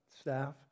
staff